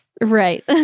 Right